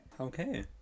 Okay